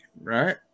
right